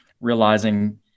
realizing